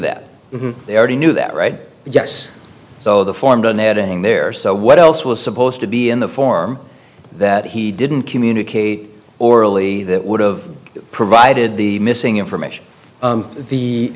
that they already knew that right yes so the formed an editing there so what else was supposed to be in the form that he didn't communicate orally that would of provided the missing information the the